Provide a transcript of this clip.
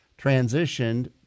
transitioned